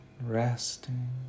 resting